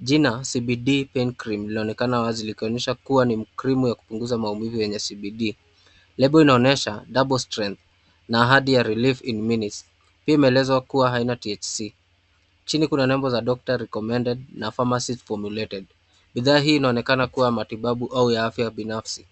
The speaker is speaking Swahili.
Jina CBD Pain Cream lilionekana wazi likionyesha kuwa ni mchimu wa kupunguza maumivu yenye CBD . Lebo inaonyesha double strength na hadi ya relief in minutes . Pia imeelezwa kuwa haina THC . Chini kuna neno za doctor recommended na pharmacist formulated . Bidhaa hii inaonekana kuwa matibabu au ya afya binafsi.